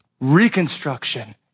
reconstruction